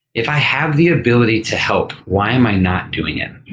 if i have the ability to help, why am i not doing it?